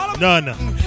none